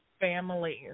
families